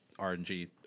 rng